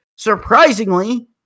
Surprisingly